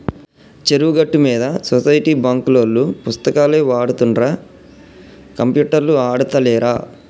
చెరువు గట్టు మీద సొసైటీ బాంకులోల్లు పుస్తకాలే వాడుతుండ్ర కంప్యూటర్లు ఆడుతాలేరా